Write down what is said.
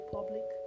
Public